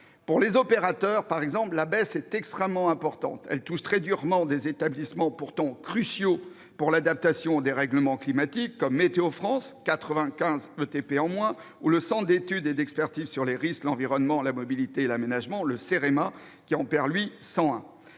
pour les opérateurs, la baisse est extrêmement importante. Elle touche très durement des établissements pourtant cruciaux pour l'adaptation au dérèglement climatique, comme Météo France, qui perd 95 équivalents temps plein, ou le Centre d'études et d'expertise sur les risques, l'environnement, la mobilité et l'aménagement, le Cerema, qui en perd 101.